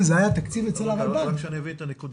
אם התקציב היה אצל הרלב"ד --- רק שאבין את הנקודה,